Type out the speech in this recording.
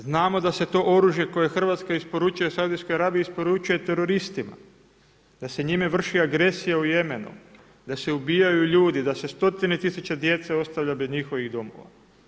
Znamo da se to oružje koje Hrvatska isporučuju Saudijskoj Arabiji isporučuje teroristima, da se njime vrši agresija u Jemenu, da se ubijaju ljudi, da se stotina tisuća djece ostavlja bez njihovih domova.